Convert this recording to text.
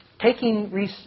taking